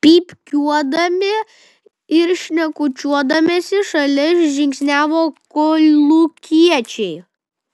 pypkiuodami ir šnekučiuodamiesi šalia žingsniavo kolūkiečiai